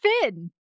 Finn